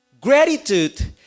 Gratitude